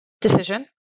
decision